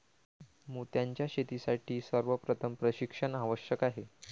मोत्यांच्या शेतीसाठी सर्वप्रथम प्रशिक्षण आवश्यक आहे